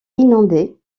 inondée